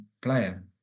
player